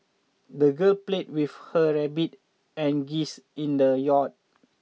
the girl played with her rabbit and geese in the yard